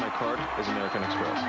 card is american express.